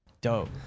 Dope